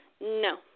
no